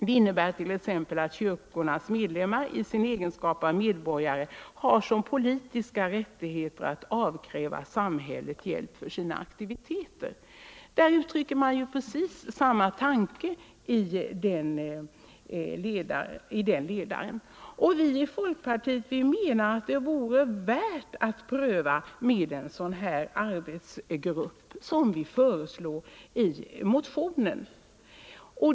Det innebär tex att kyrkornas medlemmar i sin egenskap av medborgare har som politiska rättigheter att avkräva samhället hjälp för sina aktiviteter.” Man uttrycker alltså precis samma tanke i denna ledare. Vi i folkpartiet menar att det vore värt att försöka med en sådan arbetsgrupp som vi föreslår i motionen.